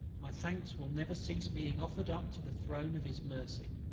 my thanks will never cease being offered up to the throne of his mercy.